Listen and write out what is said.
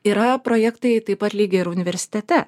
yra projektai taip pat lygiai ir universitete